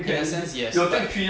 in a sense yes but